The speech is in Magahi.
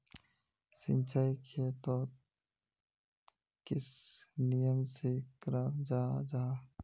सिंचाई खेतोक किस नियम से कराल जाहा जाहा?